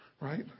right